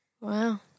Wow